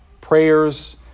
prayers